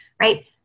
right